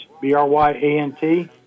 B-R-Y-A-N-T